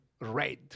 red